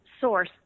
source